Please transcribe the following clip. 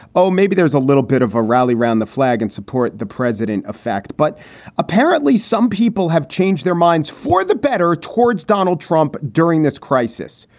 oh, maybe there's a little bit of a rally round the flag and support the president, a fact. but apparently some people have changed their minds for the better towards donald trump during this crisis.